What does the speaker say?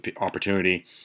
opportunity